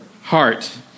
heart